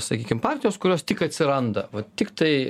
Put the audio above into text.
sakykim partijos kurios tik atsiranda va tiktai